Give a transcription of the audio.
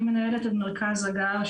אני מנהלת את מרכז הגר.